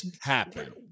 happen